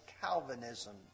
Calvinism